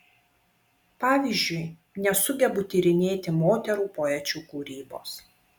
pavyzdžiui nesugebu tyrinėti moterų poečių kūrybos